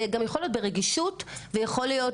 זה גם יכול להיות ברגישות ויכול להיות